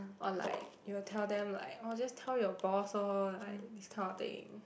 or like we will tell them like oh just tell your boss lor like this kind of thing